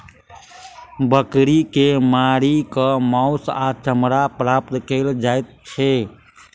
बकरी के मारि क मौस आ चमड़ा प्राप्त कयल जाइत छै